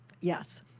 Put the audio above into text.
Yes